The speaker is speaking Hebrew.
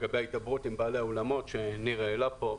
לגבי ההידברות עם בעלי האולמות שניר העלה פה.